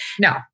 no